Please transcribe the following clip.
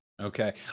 Okay